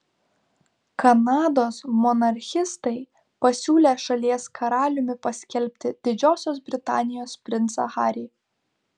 kanados monarchistai pasiūlė šalies karaliumi paskelbti didžiosios britanijos princą harį